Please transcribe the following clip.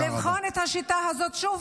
לבחון את השיטה הזאת שוב,